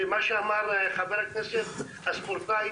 כמו שאמר חבר הכנסת דוידסון,